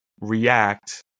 react